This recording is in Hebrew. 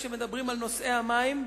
כשמדברים על נושאי המים.